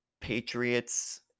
Patriots